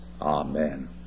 Amen